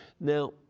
Now